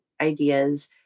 ideas